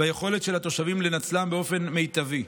וליכולת של התושבים לנצלם באופן מיטבי.